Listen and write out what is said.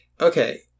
Okay